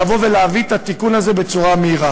כדי להביא את התיקון הזה במהירות.